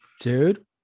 Dude